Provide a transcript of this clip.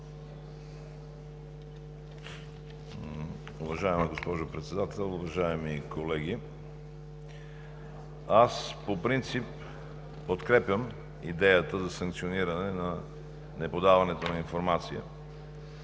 Уважаема госпожо Председател, уважаеми колеги! По принцип подкрепям идеята за санкциониране на неподаването на информация.